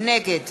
נגד